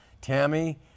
Tammy